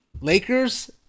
Lakers